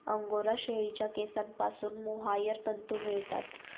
angora शेळीच्या केसांपासून mohair तंतू मिळतात